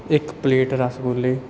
ਇੱਕ ਪਲੇਟ ਰਸਗੁੱਲੇ